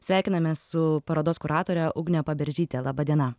sveikinamės su parodos kuratore ugne paberžyte laba diena